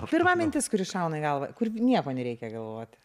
pirma mintis kuri šauna į galvą kur nieko nereikia galvoti